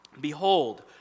Behold